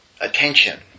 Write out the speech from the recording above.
attention